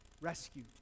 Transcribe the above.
rescue